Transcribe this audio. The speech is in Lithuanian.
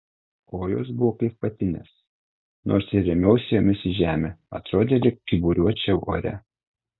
kojos buvo kaip vatinės nors ir rėmiausi jomis į žemę atrodė lyg kyburiuočiau ore